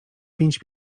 pięć